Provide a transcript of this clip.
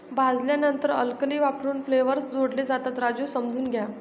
भाजल्यानंतर अल्कली वापरून फ्लेवर्स जोडले जातात, राजू समजून घ्या